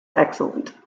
excellent